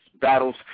Battles